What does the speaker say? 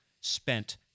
spent